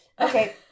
okay